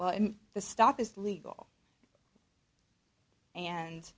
well and the stop is legal and